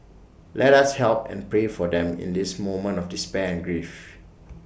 let us help and pray for them in this moment of despair and grief